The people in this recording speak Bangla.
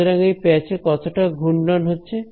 সুতরাং এই প্যাচ এ কতটা ঘূর্ণন হচ্ছে